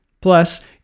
Plus